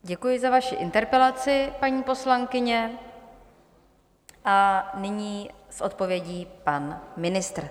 Děkuji za vaši interpelaci, paní poslankyně, a nyní s odpovědí pan ministr.